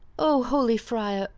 o holy friar,